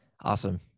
Awesome